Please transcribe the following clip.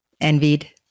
envied